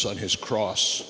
on his cross